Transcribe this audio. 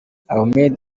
ahmed